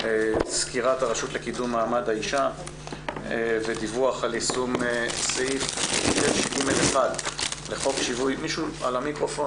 סקירת הרשות לקידום מעמד האישה ודיווח על יישום סעיף 6ג1 לחוק שיווי